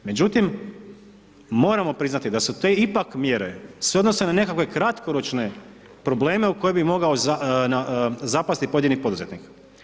Međutim, moramo priznati da se te ipak mjere sve odnose na nekakve kratkoročne probleme u koje bi mogao zapasti pojedini poduzetnik.